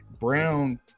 brown